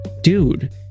dude